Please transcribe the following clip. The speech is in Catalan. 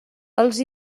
els